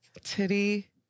Titty